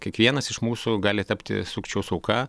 kiekvienas iš mūsų gali tapti sukčiaus auka